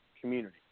community